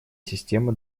система